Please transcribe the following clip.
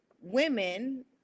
women